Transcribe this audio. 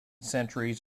centuries